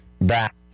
back